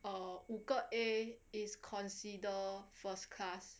err 五个 A is consider first class